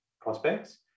prospects